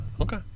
Okay